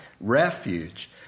refuge